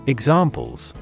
Examples